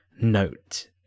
note